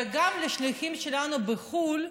וגם בשליחים שלנו בחו"ל,